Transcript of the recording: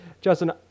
Justin